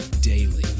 daily